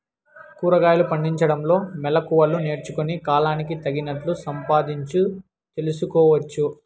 కూరగాయలు పండించడంలో మెళకువలు నేర్చుకుని, కాలానికి తగినట్లు సంపాదించు తెలుసుకోవచ్చు